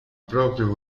proprio